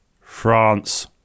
France